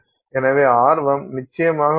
எனவே ஆர்வம் நிச்சயமாக உள்ளது